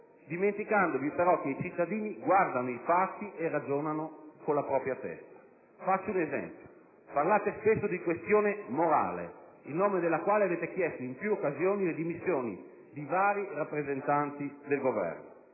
dimenticandovi però che i cittadini guardano i fatti e ragionano con la propria testa. Faccio un esempio. Parlate spesso di questione morale, in nome della quale avete chiesto in più occasioni le dimissioni di vari rappresentanti del Governo.